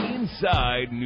Inside